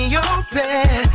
open